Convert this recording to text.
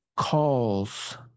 calls